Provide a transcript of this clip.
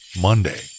Monday